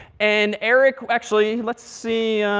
and eric, actually, let's see.